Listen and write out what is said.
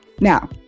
Now